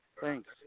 Thanks